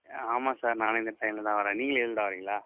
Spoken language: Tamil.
ஆ ஆமாம் சார் நானும் இந்த ட்ரெயின்ல தான் வரேன் நீங்களும் இதுல தான் வரீங்களா